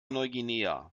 neuguinea